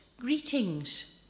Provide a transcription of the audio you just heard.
Greetings